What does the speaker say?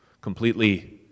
completely